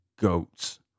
goats